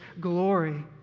glory